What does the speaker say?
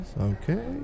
Okay